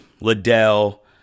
Liddell